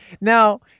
Now